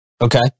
Okay